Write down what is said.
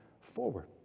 forward